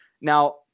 Now